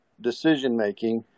decision-making